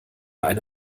eine